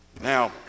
Now